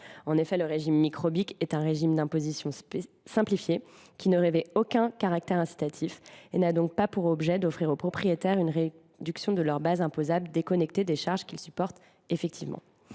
En effet, le régime micro BIC est un régime d’imposition simplifié qui ne revêt aucun caractère incitatif et qui n’a donc pas pour vocation à offrir aux propriétaires une réduction de leur base imposable déconnectée des charges qu’ils supportent effectivement.